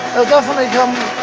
they'll definitely come